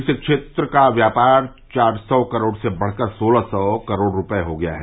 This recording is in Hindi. इस क्षेत्र का व्यापार चार सौ करोड़ से बढ़कर सोलह सौ करोड़ रूपये हो गया है